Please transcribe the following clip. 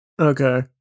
Okay